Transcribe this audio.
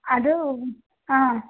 അത്